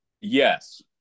Yes